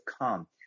come